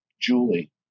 Julie